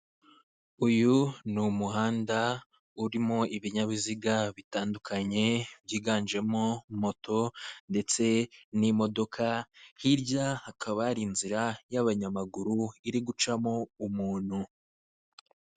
Imodoka itwara abantu mu buryo bwa rusange, ikorera mu mugi wa Kigali, iri mu ibara ry'ubururu kandi ikaba iri gusohoka muri gare kandi imbere yayo hakaba hari abantu bari kugenda n'amaguru.